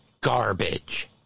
garbage